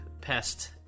pest